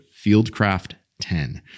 fieldcraft10